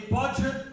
budget